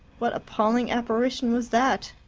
what appalling apparition was that!